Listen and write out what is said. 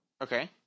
Okay